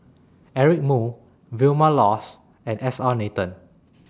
Eric Moo Vilma Laus and S R Nathan